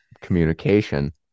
communication